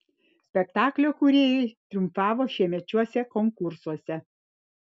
spektaklio kūrėjai triumfavo šiemečiuose konkursuose